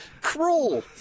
cruel